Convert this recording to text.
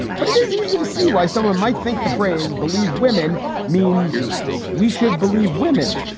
but it is easy to see why someone might think the phrase believe women means we should believe women.